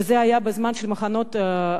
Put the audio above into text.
וזה היה בזמן של מחנות ההשמדה.